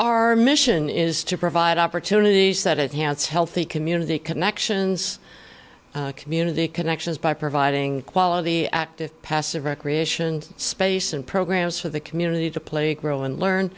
our mission is to provide opportunities that it has healthy community connections community connections by providing quality active passive recreation space and programs for the community to play a role and learn